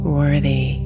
worthy